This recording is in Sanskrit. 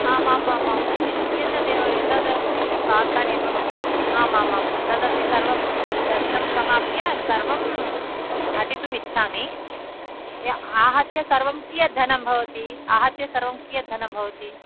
आमाम् आम् आम् एतदेव एतदस्ति कान्तारे अहम् आम् आम् आम् तदपि सर्वं दर्शनं समाप्य सर्वम् अटितुम् इच्छामि आहत्य सर्वं कियत् धनं भवति आहत्य सर्वं कियत् धनं भवति